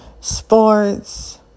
sports